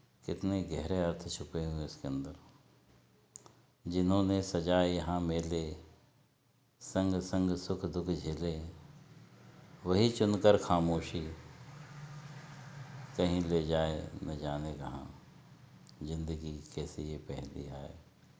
कितने गहरे अर्थ छुपे हुए हैं इसके अंदर जिन्होंने सजाए यहाँ मेले संग संग सुख दु ख झेले वही चुनकर ख़ामोशी कहीं ले जाएं न जानें कहाँ ज़िन्दगी कैसे है पहेली हाय